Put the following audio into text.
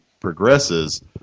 progresses